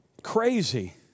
crazy